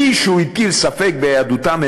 שמישהו הטיל ספק ביהדותם,